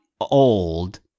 old